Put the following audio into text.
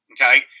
Okay